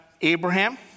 Abraham